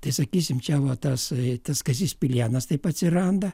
tai sakysim čia va tas tas kazys pilėnas taip atsiranda